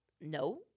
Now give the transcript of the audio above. No